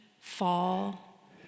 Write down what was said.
fall